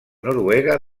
noruega